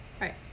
Right